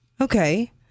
Okay